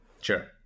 Sure